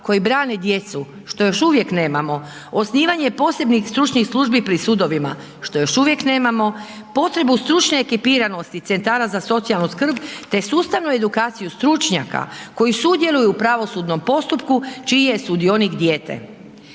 koji brane djecu što još uvijek nemamo. Osnivanje posebnih stručnih službi pri sudovima, što još uvijek nemamo. Potrebu stručne ekipiranosti centara za socijalnu skrb te sustavnu edukaciju stručnjaka koji sudjeluju u pravosudnom postupku čiji je sudionik dijete.